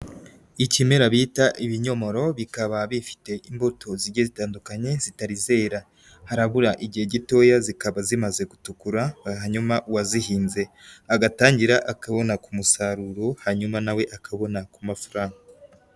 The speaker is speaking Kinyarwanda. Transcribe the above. Ikimera bita ibinyomoro bikaba bifite imbuto zijya zitandukanye zitarizera harabura igihe gitoya zikaba zimaze gutukura, hanyuma uwazihinze agatangira akabona ku musaruro hanyuma na we akabona ku mafaranga.